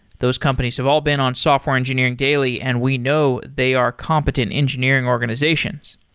those companies have all been on software engineering daily, and we know they are competent engineering organizations.